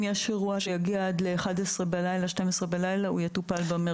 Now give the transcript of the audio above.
אם יש אירוע שיגיע עד ל23:00 או 24:00 הוא יטופל במרכז.